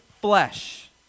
flesh